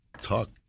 talk